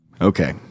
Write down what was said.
Okay